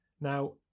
Now